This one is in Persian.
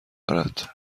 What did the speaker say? دارد